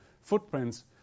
footprints